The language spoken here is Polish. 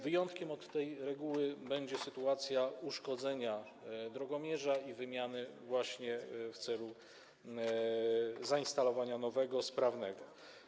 Wyjątkiem od tej reguły będzie sytuacja uszkodzenia drogomierza i jego wymiany w celu zainstalowania nowego, sprawnego.